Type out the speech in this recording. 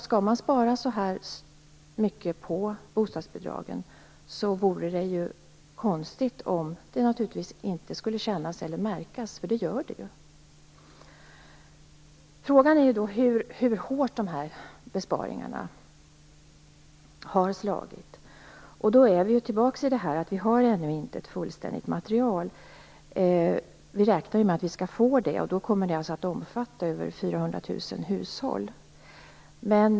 Skall man spara så här mycket på bostadsbidragen vore det konstigt om det inte skulle kännas eller märkas. Naturligtvis märks det. Frågan är hur hårt besparingarna har slagit. Då är vi tillbaka i situationen att vi inte har något fullständigt material. Vi räknar med att få ett sådant, som skall omfatta över 400 000 hushåll.